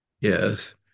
Yes